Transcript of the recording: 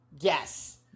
Yes